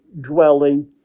dwelling